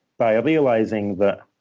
by realizing that